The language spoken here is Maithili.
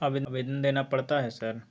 आवेदन देना पड़ता है सर?